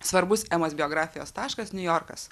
svarbus emos biografijos taškas niujorkas